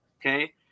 okay